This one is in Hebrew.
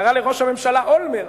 קראה לראש הממשלה אולמרט,